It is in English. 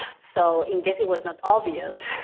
so, in case it was not obvious.